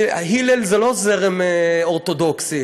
הלל זה לא זרם אורתודוקסי,